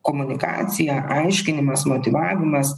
komunikacija aiškinimas motyvavimas